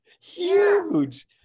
huge